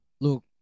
Look